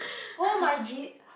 oh my jeez~